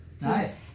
Nice